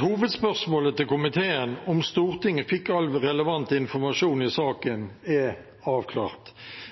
Hovedspørsmålet til komiteen, om Stortinget fikk all relevant informasjon i saken, er avklart,